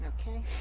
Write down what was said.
Okay